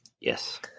Yes